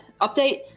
update